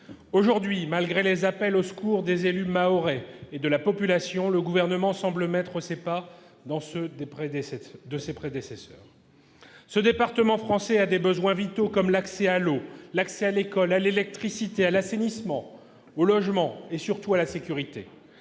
Aujourd'hui, malgré les appels au secours des élus mahorais et de la population, le Gouvernement semble mettre ses pas dans ceux de ses prédécesseurs. Ce département français a des besoins vitaux comme l'accès à l'eau, à l'école, à l'électricité, à l'assainissement, au logement et, surtout, à la sécurité.